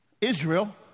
Israel